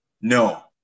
No